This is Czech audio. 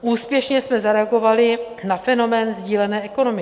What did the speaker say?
Úspěšně jsme zareagovali na fenomén sdílené ekonomiky.